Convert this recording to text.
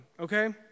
okay